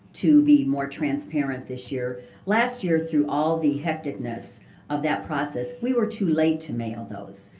to be more transparent this year last year, through all the hecticness of that process, we were too late to mail those.